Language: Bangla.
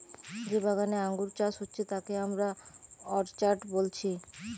যে বাগানে আঙ্গুর চাষ হচ্ছে যাকে আমরা অর্চার্ড বলছি